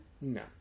No